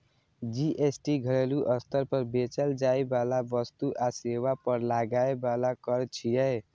GST घरेलू स्तर पर बेचल जाइ बला वस्तु आ सेवा पर लागै बला कर छियै